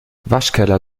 waschkeller